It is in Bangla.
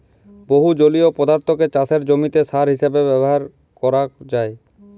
বহু জলীয় পদার্থকে চাসের জমিতে সার হিসেবে ব্যবহার করাক যায়